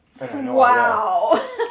Wow